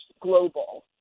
Global